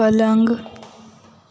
पलंग